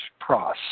pros